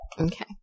Okay